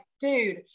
dude